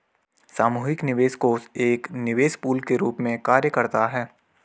सामूहिक निवेश कोष एक निवेश पूल के रूप में कार्य करता है